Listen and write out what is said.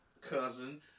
cousin